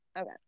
Okay